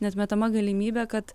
neatmetama galimybė kad